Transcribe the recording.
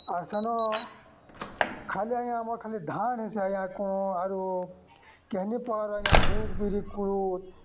ଆର୍ ସେନ ଖାଲି ଆଜ୍ଞା ଆମର୍ ଖାଲି ଧାନ୍ ହେସି ଆଜ୍ଞା କାଣା ଆରୁ କେହେନି ପ୍ରକାର୍ ଆଜ୍ଞା ମୁଗ୍ ବିରି କୁଲୁଥ୍